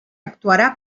actuarà